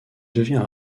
devient